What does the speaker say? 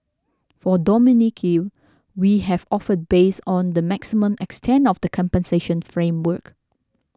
for Dominique we have offered based on the maximum extent of the compensation framework